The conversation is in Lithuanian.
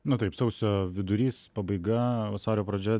na taip sausio vidurys pabaiga vasario pradžia